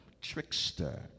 trickster